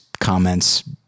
comments